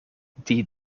die